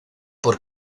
por